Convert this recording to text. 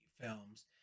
films